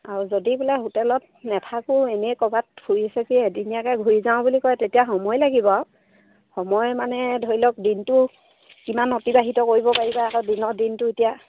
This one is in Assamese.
আৰু যদি বোলে হোটেলত নেথাকো এনেই ক'ৰবাত ফুৰি চাকি এদিনীয়াকৈ ঘূৰি যাওঁ বুলি কয় তেতিয়া সময় লাগিব আৰু সময় মানে ধৰি লওক দিনটো কিমান অতিবাহিত কৰিব পাৰিবা আকৌ দিনৰ দিনটো এতিয়া